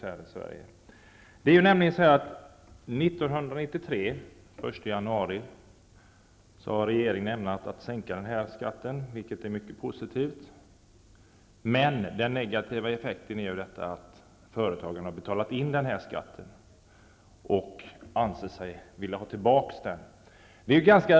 Den 1 januari 1993 skall den här skatten sänkas, och det är en mycket positiv åtgärd från regeringens sida. Men en negativ effekt är att företagarna redan har betalat in sin skatt och nu vill ha tillbaka de här pengarna.